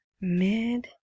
Mid